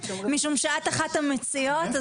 משום שאת אחת המציעות.